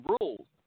rules